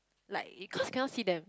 like it cause cannot see them